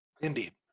Indeed